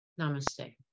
Namaste